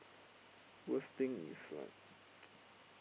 worst thing is like